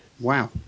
Wow